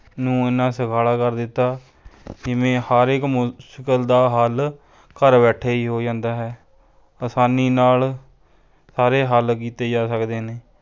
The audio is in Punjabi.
ਨੂੰ ਇੰਨਾਂ ਸੁਖਾਲਾ ਕਰ ਦਿੱਤਾ ਜਿਵੇਂ ਹਰ ਇੱਕ ਮੁਸ਼ਕਿਲ ਦਾ ਹੱਲ ਘਰ ਬੈਠੇ ਹੀ ਹੋ ਜਾਂਦਾ ਹੈ ਆਸਾਨੀ ਨਾਲ ਸਾਰੇ ਹੱਲ ਕੀਤੇ ਜਾ ਸਕਦੇ ਨੇ